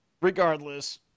regardless